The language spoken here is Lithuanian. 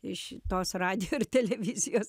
iš tos radijo ir televizijos